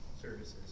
services